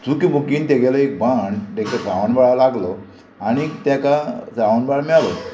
चुकी बुकीन तेगेलो एक बाण तेका श्रावणबाळा लागलो आनीक तेका श्रावणबाळ मेलो